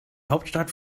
hauptstadt